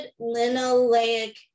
linoleic